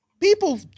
people